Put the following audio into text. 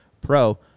Pro